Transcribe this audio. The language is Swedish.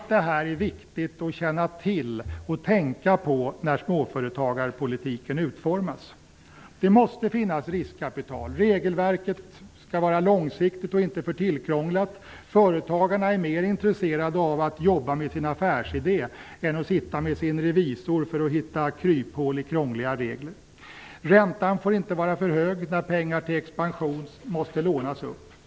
Det är viktigt att känna till allt det här och att tänka på det när småföretagarpolitiken utformas. Det måste finnas riskkapital. Regelverket skall vara långsiktigt och inte för tillkrånglat. Företagarna är mer intresserade av att jobba med sin affärsidé än av att sitta med sin revisor för att hitta kryphål i krångliga regler. Räntan får inte vara för hög när pengar till expansion måste lånas upp.